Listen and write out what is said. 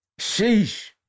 Sheesh